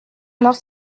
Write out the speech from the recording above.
alors